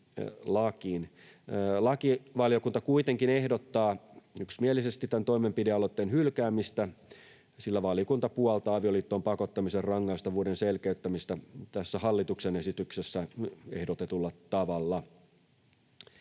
Lakivaliokunta kuitenkin ehdottaa yksimielisesti tämän toimenpidealoitteen hylkäämistä, sillä valiokunta puoltaa avioliittoon pakottamisen rangaistavuuden selkeyttämistä tässä hallituksen esityksessä ehdotetulla tavalla.